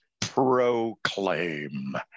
proclaim